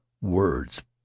words